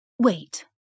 Wait